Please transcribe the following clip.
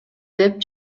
деп